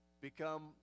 become